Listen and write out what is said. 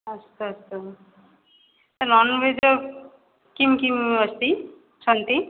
अस्तु अस्तु नान्वेज् किं किम् अस्ति सन्ति